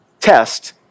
test